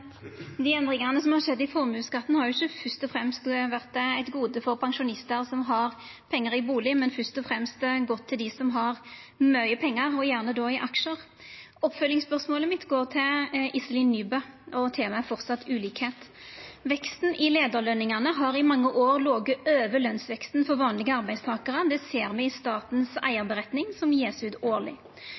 Dei endringane som har skjedd i formuesskatten, har ikkje først og fremst vore eit gode for pensjonistar som har pengar i bustad, men først og fremst gått til dei som har mykje pengar, og gjerne i aksjar. Oppfølgingsspørsmålet mitt går til Iselin Nybø, og temaet er framleis ulikskap. Veksten i leiarløningane har i mange år lege over lønsveksten for vanlege arbeidstakarar. Det ser me i statens eigarskapsmelding, som vert gjeve ut årleg.